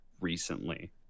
recently